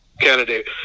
candidate